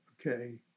okay